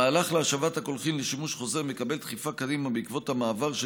המהלך להשבת הקולחים לשימוש חוזר מקבל דחיפה קדימה בעקבות המעבר של